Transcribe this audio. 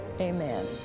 Amen